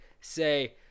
say